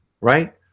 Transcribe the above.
Right